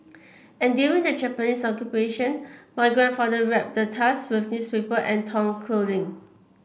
and during the Japanese Occupation my grandfather wrapped the tusk with newspaper and torn clothing